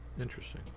Interesting